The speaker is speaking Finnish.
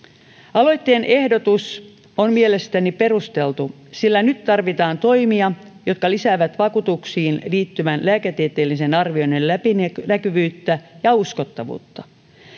aloitteen ehdotus on mielestäni perusteltu sillä nyt tarvitaan toimia jotka lisäävät vakuutuksiin liittyvän lääketieteellisen arvioinnin läpinäkyvyyttä ja uskottavuutta